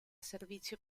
servizio